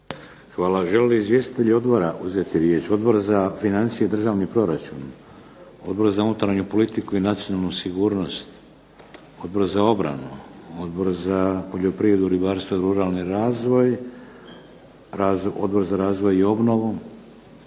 Hvala. Žele li izvjestitelji odbora uzeti riječ? Odbor za financije i državni proračun? Odbor za unutarnju politiku i nacionalnu sigurnost? Odbor za obranu? Odbor za poljoprivredu, ribarstvo i ruralni razvoj? Odbor za razvoj i obnovu?